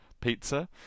pizza